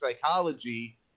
psychology